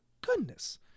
goodness